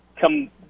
come